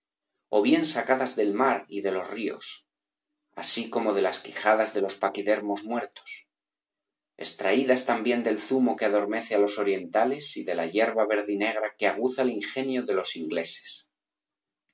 ó bien sacadas del mar y de los ríos así como de las quijadas de los paquidermos muertos extraídas también del zumo que adormece á los orientales y de la hierba verdinegra que aguza el ingenio de los ingleses